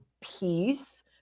peace